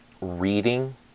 reading